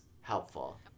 helpful